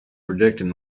predicting